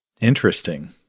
Interesting